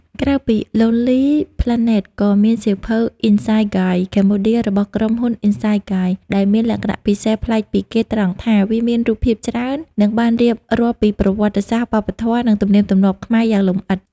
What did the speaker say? ក្រៅពី Lonely Planet ក៏មានសៀវភៅ Insight Guides Cambodia របស់ក្រុមហ៊ុន Insight Guides ដែលមានលក្ខណៈពិសេសប្លែកពីគេត្រង់ថា វាមានរូបភាពច្រើន និងបានរៀបរាប់ពីប្រវត្តិសាស្ត្រ វប្បធម៌ និងទំនៀមទម្លាប់ខ្មែរយ៉ាងលម្អិត។